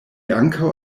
ankaŭ